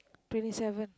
twenty seven